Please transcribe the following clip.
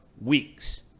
weeks